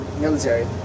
military